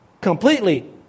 completely